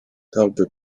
dałby